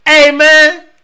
Amen